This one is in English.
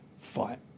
fight